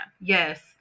Yes